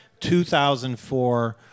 2004